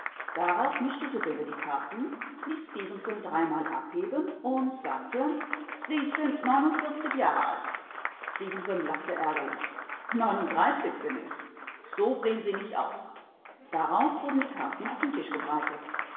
darauf mischte sibylle die karten ließ stefenson dreimal abheben und sagte sie sind neunundvierzig jahre alt stefenson lachte ärgerlich neununddreißig bin ich so sehen sie nicht aus darauf wurden die karten auf den tisch gebreitet